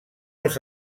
els